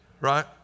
Right